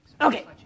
Okay